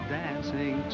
dancing